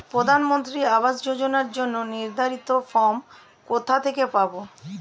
প্রধানমন্ত্রী আবাস যোজনার জন্য নির্ধারিত ফরম কোথা থেকে পাব?